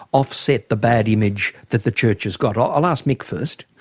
offset the bad image that the church has got? i'll ask mick first.